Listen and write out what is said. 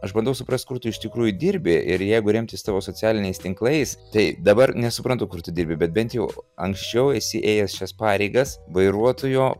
aš bandau suprasti kur tu iš tikrųjų dirbi ir jeigu remtis tavo socialiniais tinklais tai dabar nesuprantu kur tu dirbi bet bent jau anksčiau esi ėjęs šias pareigas vairuotojo